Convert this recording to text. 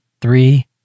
Three